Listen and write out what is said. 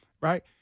right